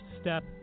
step